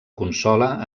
consola